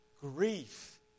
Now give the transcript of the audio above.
grief